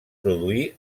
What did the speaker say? produir